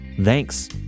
Thanks